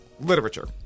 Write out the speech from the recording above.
literature